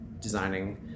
designing